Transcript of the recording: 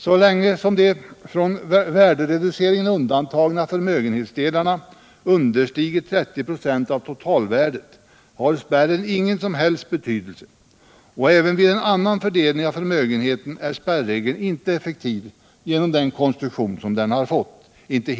Så länge som de från värdereduceringen undantagna förmögenhetsdelarna understiger 30 96 av totalvärdet har spärren ingen som helst betydelse, och inte heller vid en annan fördelning av förmögenheten är spärregeln helt effektiv, genom den konstruktion som den har fått.